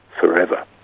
forever